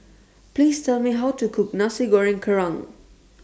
Please Tell Me How to Cook Nasi Goreng Kerang